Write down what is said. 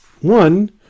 One